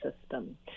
system